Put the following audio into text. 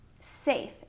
safe